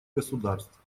государств